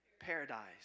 Paradise